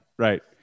Right